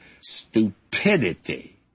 stupidity